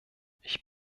ich